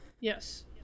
Yes